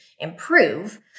improve